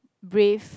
brave